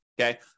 okay